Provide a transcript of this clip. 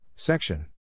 Section